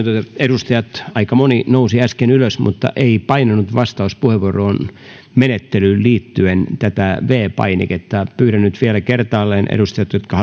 edustajat aika moni nousi äsken ylös mutta ei painanut vastauspuheenvuoromenettelyyn liittyen viides painiketta pyydän nyt vielä kertaalleen edustajia jotka